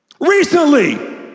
Recently